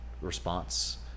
response